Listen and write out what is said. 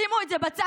שימו את זה בצד.